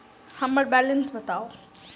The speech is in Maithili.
हम्मर बैलेंस बताऊ